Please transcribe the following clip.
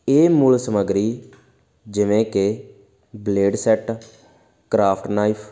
ਇਹ ਮੂਲ ਸਮਗਰੀ ਜਿਵੇਂ ਕਿ ਬਲੇਡ ਸੈਟ ਕਰਾਫਟ ਨਾਈਫ